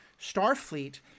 Starfleet